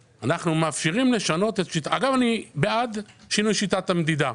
אגב, אני בעד שינוי שיטת המדידה,